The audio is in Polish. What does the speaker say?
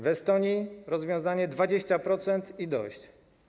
W Estonii jest rozwiązanie 20% i dość.